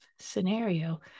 scenario